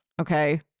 okay